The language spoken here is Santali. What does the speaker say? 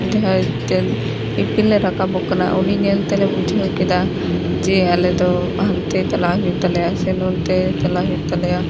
ᱡᱟᱦᱟᱸ ᱪᱟᱸ ᱤᱯᱤᱞᱮ ᱨᱟᱠᱟᱵᱚᱜ ᱠᱟᱱᱟ ᱩᱱᱤ ᱧᱮᱞ ᱛᱮ ᱵᱩᱡᱷᱟᱹᱣ ᱠᱮᱫᱟ ᱡᱮ ᱟᱞᱮ ᱫᱚ ᱦᱟᱱᱛᱮ ᱪᱟᱞᱟᱜ ᱦᱩᱭᱩᱜ ᱛᱟᱞᱮᱭᱟ ᱥᱮ ᱱᱚᱱᱛᱮ ᱪᱟᱞᱟᱜ ᱦᱩᱭᱩᱜ ᱛᱟᱞᱮᱭᱟ